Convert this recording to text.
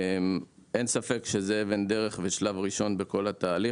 אין ספק שזו אבן דרך ושלב ראשון בכל התהליך.